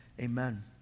amen